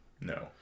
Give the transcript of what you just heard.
No